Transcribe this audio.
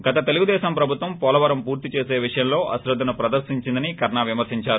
గత తెలుగుదేశం ప్రభుత్వం పోలవరం పూర్తి చేసే విషయంలో అశ్రద్దను ప్రదర్తించిందని కన్నా విమర్పించారు